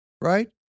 right